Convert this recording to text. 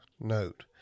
note